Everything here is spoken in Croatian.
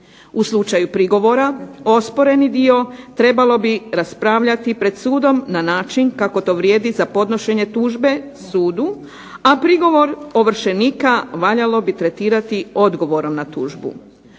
U slučaju prigovora osporeni dio trebalo bi raspravljati pred sudom na način kako to vrijedi za podnošenje tužbe sudu, a prigovor ovršenika valjalo bi tretirati odgovorom na tužbu.